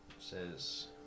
says